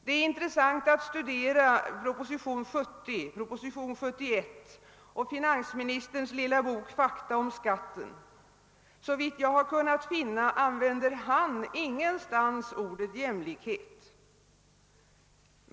Det är intressant att studera propositionen 70, propositionen 71 och finansministerns lilla bok Fakta om skatten; såvitt jag har kunnat finna använder han ingenstans ordet jämlikhet.